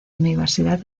universidad